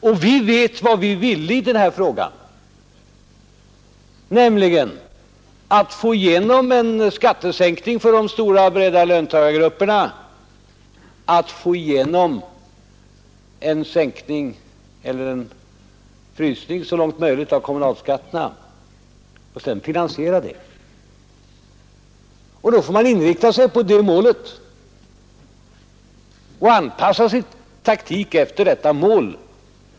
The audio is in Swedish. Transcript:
Och vi vet vad vi vill i denna fråga, nämligen att få igenom en skattesänkning för de stora och breda löntagargrupperna, att få igenom en sänkning eller en frysning så långt möjligt av kommunalskatterna och sedan finansiera detta. Då får man inrikta sig på det målet och anpassa sin taktik efter detta mål.